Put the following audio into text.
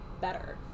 better